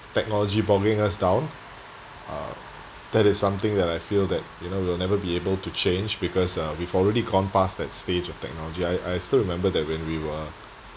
technology bogging us down uh that is something that I feel that you know we'll never be able to change because uh we've already gone past that stage of technology I I still remember that when we were